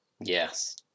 yes